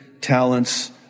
talents